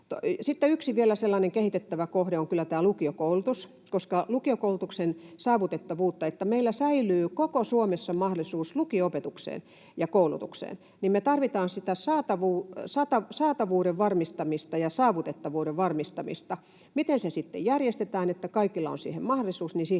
sellainen kehitettävä kohde on kyllä lukiokoulutus, koska jotta meillä säilyy koko Suomessa mahdollisuus lukio-opetukseen ja ‑koulutukseen, me tarvitaan saatavuuden varmistamista ja saavutettavuuden varmistamista. Siihen, miten se sitten järjestetään, että kaikilla on siihen mahdollisuus,